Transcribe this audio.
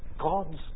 God's